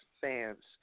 fans